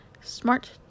smart